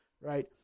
right